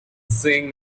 seeing